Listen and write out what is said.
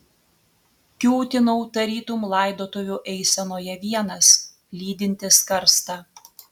kiūtinau tarytum laidotuvių eisenoje vienas lydintis karstą